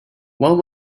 what